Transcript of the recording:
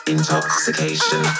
Intoxication